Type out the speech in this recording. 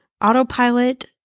Autopilot